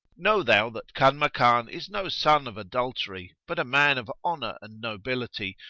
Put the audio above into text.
know thou that kanmakan is no son of adultery, but a man of honour and nobility,